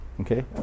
Okay